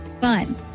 fun